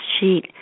Sheet